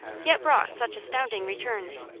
yet brought such astounding returns.